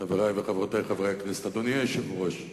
חברי וחברותי חברי הכנסת, אדוני היושב-ראש,